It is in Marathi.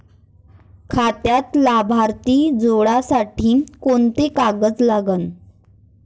खात्यात लाभार्थी जोडासाठी कोंते कागद लागन?